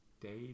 day